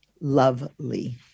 lovely